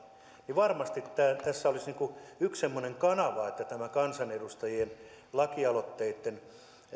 varmasti tässä olisi yksi semmoinen kanava että tämä kansanedustajien lakialoitteitten